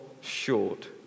short